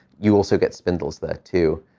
you also get spindles there, too.